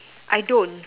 I don't